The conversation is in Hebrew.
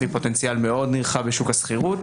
פוטנציאל מאוד נרחב בשוק השכירות.